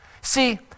See